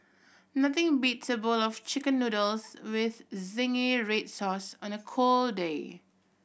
nothing beats a bowl of Chicken Noodles with zingy red sauce on a cold day